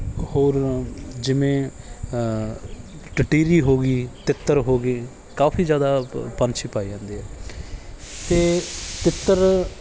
ਹੋਰ ਜਿਵੇਂ ਟਟੀਰੀ ਹੋ ਗਈ ਤਿੱਤਰ ਹੋ ਗਏ ਕਾਫੀ ਜ਼ਿਆਦਾ ਪ ਪੰਛੀ ਪਾਏ ਜਾਂਦੇ ਆ ਅਤੇ ਤਿੱਤਰ